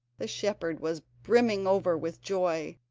the shepherd was brimming over with joy,